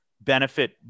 benefit